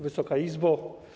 Wysoka Izbo!